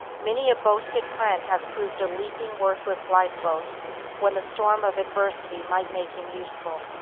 many a boasted friend has proved a leaking, worthless lifeboat when the storm of adversity might make him useful.